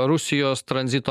rusijos tranzito